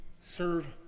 serve